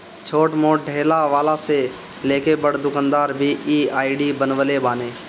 छोट मोट ठेला वाला से लेके बड़ दुकानदार भी इ आई.डी बनवले बाने